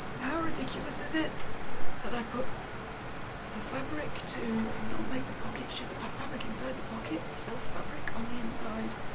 how ridiculous is it that i put the fabric to not make the pocket show the but fabric inside the pocket, the self fabric on the inside,